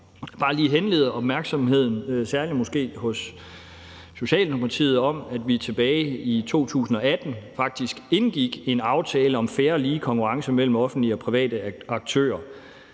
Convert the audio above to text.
bare lige henlede opmærksomheden, særlig måske hos Socialdemokratiet, på, at vi tilbage i 2018 faktisk indgik en aftale om fair og lige konkurrence mellem offentlige og private aktører.